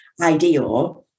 ideal